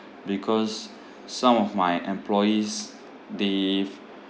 because some of my employees they've